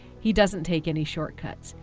he doesn't take any shortcuts.